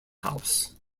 house